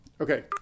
Okay